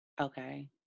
okay